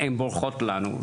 הן בורחות לנו.